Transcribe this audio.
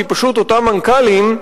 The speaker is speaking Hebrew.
כי פשוט אותם מנכ"לים,